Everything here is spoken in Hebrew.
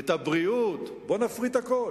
את הבריאות, בוא נפריט הכול.